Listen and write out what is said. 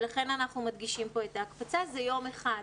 לכן אנחנו מדגישים פה את ההפחתה, זה יום אחד.